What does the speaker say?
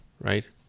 right